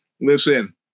listen